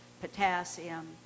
potassium